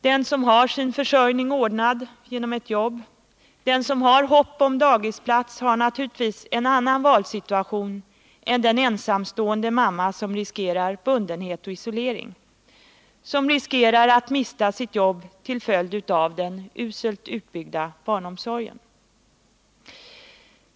Den som har sin försörjning ordnad genom ett jobb, den som har hopp om daghemsplats har naturligtvis en annan valsituation än den ensamstående mamma som riskerar bundenhet och isolering, som riskerar att mista sitt jobb till följd av den uselt utbyggda barnomsorgen.